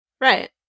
Right